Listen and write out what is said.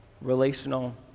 relational